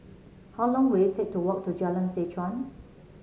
how long will it take to walk to Jalan Seh Chuan